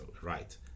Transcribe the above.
right